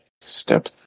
Step